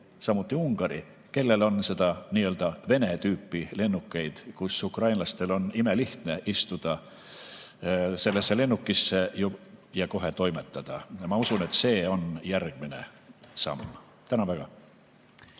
samuti Ungari, kellel on nii-öelda Vene tüüpi lennukeid. Ukrainlastel on imelihtne istuda sellistesse lennukitesse ja kohe toimetada. Ma usun, et see on järgmine samm.